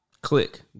click